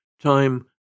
Time